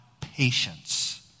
patience